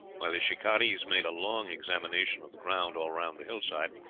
while the shikarees made a long examination of the ground all round the hillside,